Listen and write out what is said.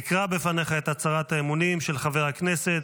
אקרא בפניך את הצהרת האמונים של חבר הכנסת,